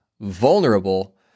vulnerable